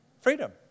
freedom